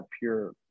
pure